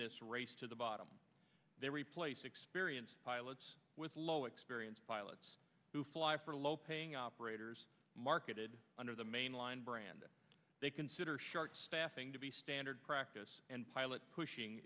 this race to the bottom they replace experienced pilots with low experienced pilots who fly for low paying operators marketed under the mainline brand they consider short staffing to be standard practice and pilot pushing